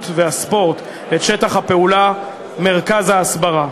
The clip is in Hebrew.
והספורט את שטח הפעולה מרכז ההסברה,